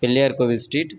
Pillaiyar Kovil street